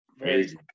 Crazy